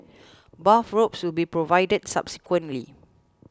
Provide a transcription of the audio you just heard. bathrobes should be provided subsequently